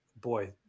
boy